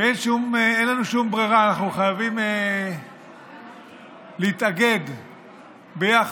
אין לנו שום ברירה, אנחנו חייבים להתאגד יחד